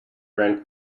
ran